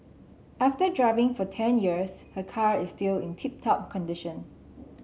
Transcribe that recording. after driving for ten years her car is still in tip top condition